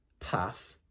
path